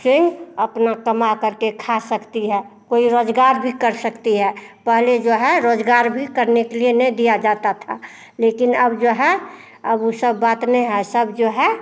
से अपना कमाकर के खा सकती है कोई रोजगार भी कर सकती है पहले जो है रोजगार भी करने के लिए नहीं दिया जाता था लेकिन अब जो है अब ऊ सब बात नहीं है सब जो है